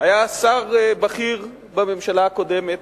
היה שר בכיר בממשלה הקודמת,